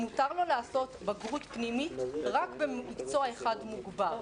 מותר לו לעשות בגרות פנימית רק במקצוע אחד מוגבר,